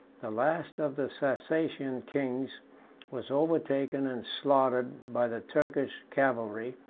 the last of the sassanian kings was overtaken and slaughtered by the turkish cavalry,